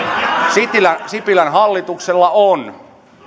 sipilän sipilän hallituksella on